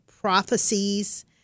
prophecies